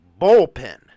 Bullpen